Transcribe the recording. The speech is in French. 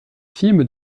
film